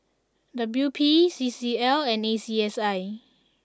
W P C C L and A C S I